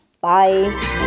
bye